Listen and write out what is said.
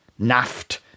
Naft